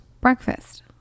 Breakfast